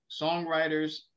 songwriters